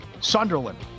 Sunderland